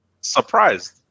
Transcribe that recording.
surprised